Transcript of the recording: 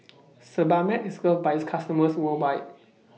Sebamed IS loved By its customers worldwide